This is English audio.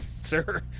sir